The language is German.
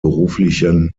beruflichen